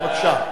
בבקשה.